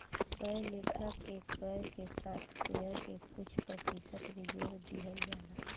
कए लेखा के कर के साथ शेष के कुछ प्रतिशत भी जोर दिहल जाला